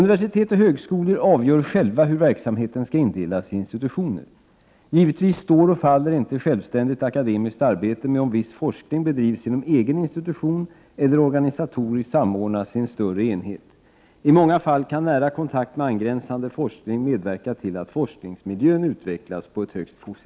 I vår problemfyllda värld är det svårt att tänka sig ett mer angeläget ämne att utveckla, varför det framstår som obegripligt att man nu tydligen tänker avveckla LUPRI.